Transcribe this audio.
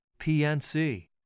PNC